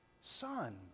son